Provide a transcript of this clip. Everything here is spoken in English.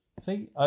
See